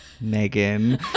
Megan